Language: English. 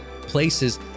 places